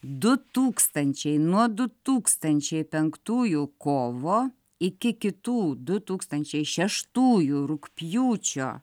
du tūkstančiai nuo du tūkstančiai penktųjų kovo iki kitų du tūkstančiai šeštųjų rugpjūčio